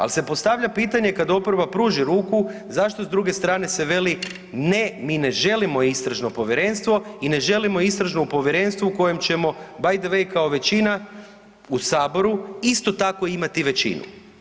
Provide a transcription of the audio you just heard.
Ali se postavlja pitanje kada oporba pruži ruku, zašto s druge strane se veli ne mi ne želimo istražno povjerenstvo i ne želimo istražno povjerenstvo u kojem ćemo by the way kao većina u Saboru isto tako imati i većinu.